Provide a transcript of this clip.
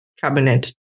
cabinet